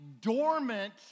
dormant